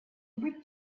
быть